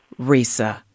Risa